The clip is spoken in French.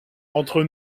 entre